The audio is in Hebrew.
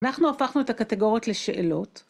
אנחנו הפכנו את הקטגוריות לשאלות.